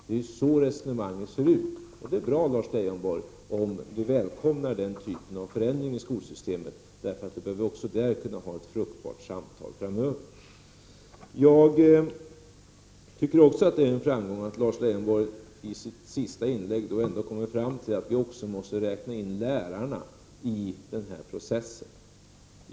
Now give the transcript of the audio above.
Det är ju så resonemanget ser ut, och det är bra om Lars Leijonborg välkomnar den typen av förändring i skolsystemet. Då bör vi nämligen också kunna föra ett fruktbart samtal kring dessa frågor framöver. Jag tycker också att det är en framgång att Lars Leijonborg i sitt sista inlägg kom fram till att vi också måste räkna in lärarna i denna process.